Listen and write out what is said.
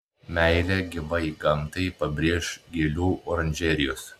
meilę gyvai gamtai pabrėš gėlių oranžerijos